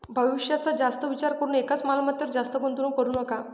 भविष्याचा जास्त विचार करून एकाच मालमत्तेवर जास्त गुंतवणूक करू नका